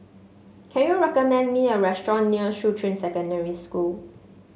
can you recommend me a restaurant near Shuqun Secondary School